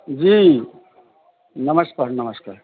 जी नमस्कार नमस्कार